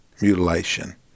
mutilation